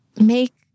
make